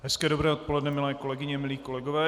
Hezké dobré odpoledne, milé kolegyně, milí kolegové.